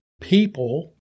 people